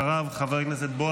חבר הכנסת ווליד טאהא,